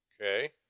Okay